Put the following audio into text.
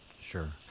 Sure